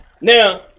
Now